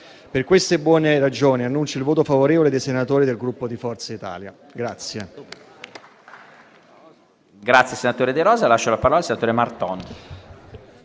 Per queste buone ragioni annuncio il voto favorevole dei senatori del Gruppo Forza Italia.